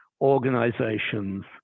organizations